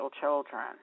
children